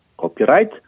Copyright